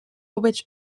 which